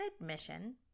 admission